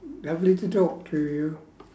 lovely to talk to you